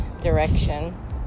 direction